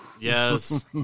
Yes